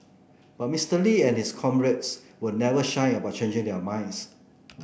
but Mister Lee and his comrades were never shy about changing their minds